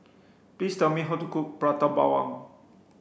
please tell me how to cook Prata Bawang